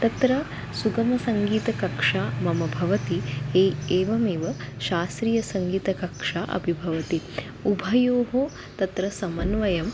तत्र सुगमसङ्गीतकक्षा मम भवति हे एवमेव शास्त्रीयसङ्गीतकक्षा अपि भवति उभयोः तत्र समन्वयम्